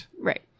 Right